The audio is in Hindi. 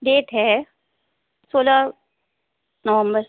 डेट है सोलह नबोम्बर